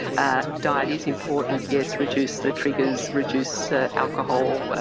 ah diet is important, yes, reduce the triggers, reduce ah alcohol,